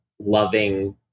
loving